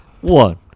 one